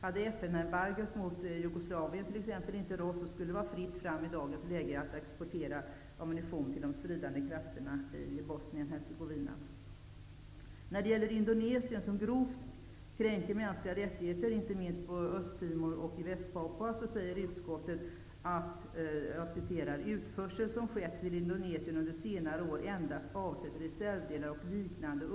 Hade FN-embargot mot t.ex. Jugoslavien inte rått, skulle det vara fritt fram i dagens läge att exportera ammunition till de stridande krafterna i Bosnien När det gäller Indonesien, som grovt kränker mänskliga rättigheter, inte minst på Östtimor och i Västpapua, säger utskottet att ''utförsel som skett till Indonesien under senare år endast avsett reservdelar och liknande